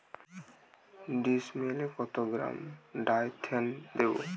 ডিস্মেলে কত গ্রাম ডাইথেন দেবো?